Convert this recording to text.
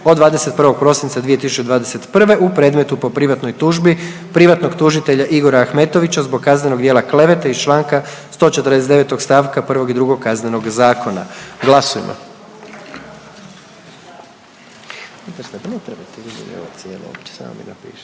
od 21. prosinca 2021. u predmetu po privatnoj tužbi, privatnog tužitelja Igora Ahmetovića zbog kaznenog djela klevete iz čl. 149. st. 1. i 2. Kaznenoga zakona. Glasujmo. 126 glasova za, dakle donesena